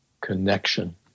connection